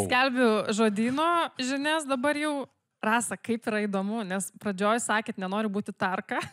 skelbiu žodyno žinias dabar jau rasa kaip yra įdomu nes pradžioj sakėt nenoriu būti tarka